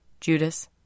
Judas